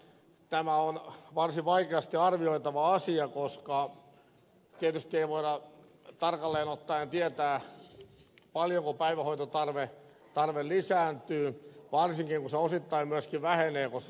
tämä on varsin vaikeasti arvioitava asia koska tietysti ei voida tarkalleen ottaen tietää paljonko päivähoitotarve lisääntyy varsinkin kun se osittain myöskin vähenee